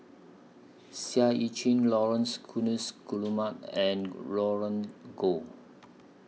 Seah EU Chin Laurence Guillemard and Roland Goh